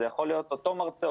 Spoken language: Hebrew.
זה יכול להיות עם אותו מרצה,